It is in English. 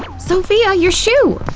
sophia, your shoe!